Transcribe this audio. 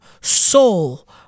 Soul